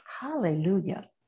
Hallelujah